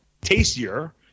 tastier